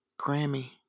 Grammy